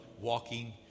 walking